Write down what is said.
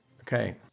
Okay